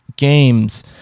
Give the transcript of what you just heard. Games